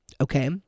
okay